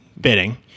bidding